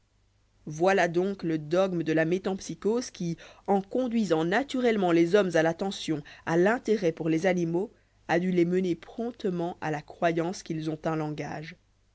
voilà donc le dogme de la métemp sycose qui en conduisant naturelle ment les hommes à l'attention à l'intérêt pour les animaux a dû les mener promptement à la croyance qu ils ont un langage